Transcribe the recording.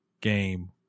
game